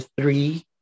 three